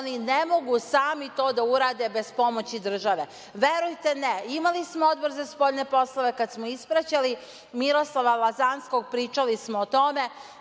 oni ne mogu sami to da urade bez pomoći države. Verujte, ne. Imali smo Odbor za spoljne poslove kada smo ispraćali Miroslava Lazanskog, pričali smo o tome